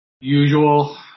Usual